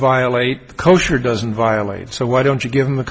violate kosher doesn't violate so why don't you give him a